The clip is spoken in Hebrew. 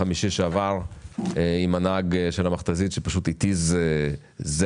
חמישי שעבר עם הנהג של המכתזית שפשוט התיז זרם